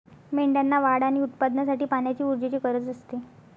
मेंढ्यांना वाढ आणि उत्पादनासाठी पाण्याची ऊर्जेची गरज असते